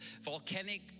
volcanic